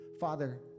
Father